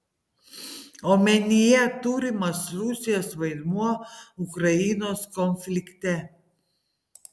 omenyje turimas rusijos vaidmuo ukrainos konflikte